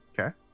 Okay